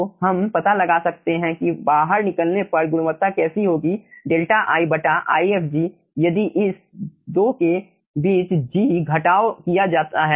तो हम पता लगा सकते हैं कि बाहर निकलने पर गुणवत्ता कैसी होगी डेल्टा i बटा ifg यदि इस 2 के बीच जी घटाव किया जाता है